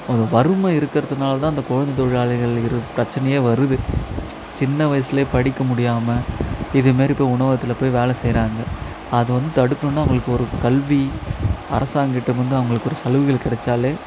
வறுமை இருக்கிறதுனால தான் இந்த குழந்தத் தொழிலாளிகள் இரு பிரச்சினயே வருது சின்ன வயசிலே படிக்க முடியாமல் இதுமாரி போய் உணவகத்தில் போய் வேலை செய்கிறாங்க அது வந்து தடுக்கணுன்னால் உங்களுக்கு ஒரு கல்வி அரசாங்ககிட்டே வந்து அவர்களுக்கு ஒரு சலுகைகள் கிடைச்சாலே